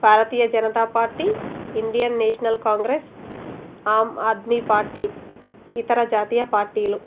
భారతీయ Janata Party Indian National Congress Aam Aadmi Party ఇతర జాతీయ పార్టీలు